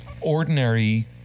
ordinary